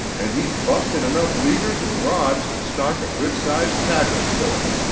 and he's busted enough leaders and rods to stock a good-sized tackle store.